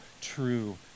true